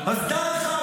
אז דע לך,